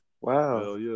Wow